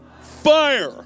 Fire